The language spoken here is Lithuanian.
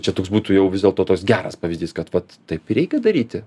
čia toks būtų jau vis dėlto tas geras pavyzdys kad vat taip ir reikia daryti